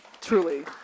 truly